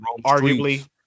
arguably